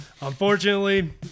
unfortunately